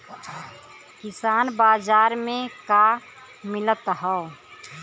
किसान बाजार मे का मिलत हव?